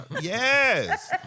Yes